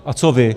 A co vy?